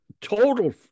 total